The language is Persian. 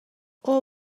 اوه